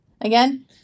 again